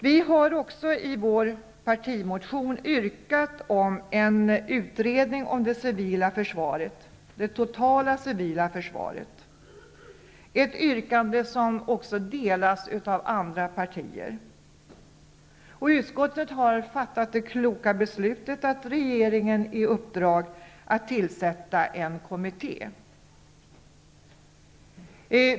Vi har i vår partimotion också yrkat på en utredning om det totala civila försvaret, ett yrkande som också andra partier instämt i, och utskottet har fattat det kloka beslutet att ge regeringen i uppdrag att tillsätta en kommitté.